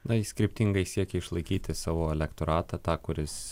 na jis kryptingai siekia išlaikyti savo elektoratą tą kuris